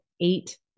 eight